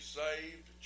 saved